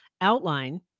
outline